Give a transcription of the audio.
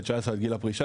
19-גיל הפרישה,